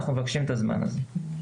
אנחנו מבקשים את הזמן הזה.